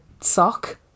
sock